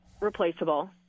replaceable